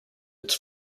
its